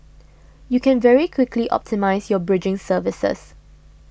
you can very quickly optimise your bridging services